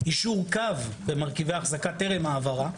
יישור קו במרכיבי האחזקה טרם ההעברה,